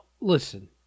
listen